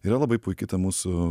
yra labai puiki ta mūsų